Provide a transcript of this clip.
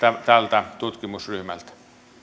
tältä tutkimusryhmältä